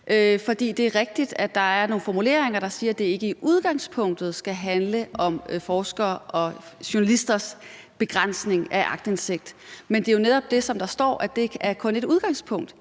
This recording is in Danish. Det er rigtigt, at der er nogle formuleringer om, at det ikke i udgangspunktet skal have handle om forskeres og journalisters begrænsning af aktindsigt. Men det er jo netop det, der står, altså at det kun er et udgangspunkt.